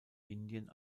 indien